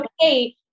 okay